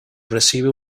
recibe